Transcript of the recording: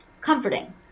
comforting